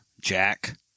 Jack